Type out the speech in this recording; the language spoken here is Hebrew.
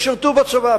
שירתו בצבא,